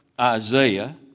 Isaiah